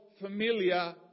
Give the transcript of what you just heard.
familiar